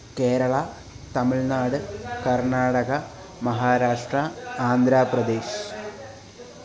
Kerala Tamil Nadu Karnataka Maharashtra Andhra Pradesh